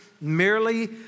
merely